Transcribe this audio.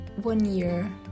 one-year